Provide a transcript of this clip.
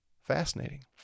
Fascinating